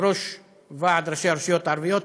יושב-ראש ועד ראשי הרשויות הערביות,